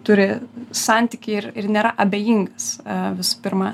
turi santykį ir ir nėra abejingas visų pirma